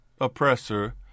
oppressor